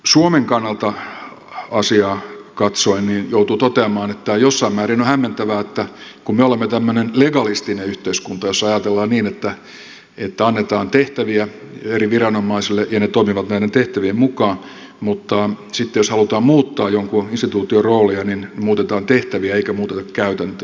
suomen kannalta asiaa katsoen joutuu toteamaan että jossain määrin on hämmentävää kun me olemme tämmöinen legalistinen yhteiskunta jossa ajatellaan niin että annetaan tehtäviä eri viranomaisille ja ne toimivat näiden tehtävien mukaan että jos halutaan muuttaa jonkun instituution roolia niin muutetaan tehtäviä eikä muuteta käytäntöjä